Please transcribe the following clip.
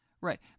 Right